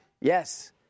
Yes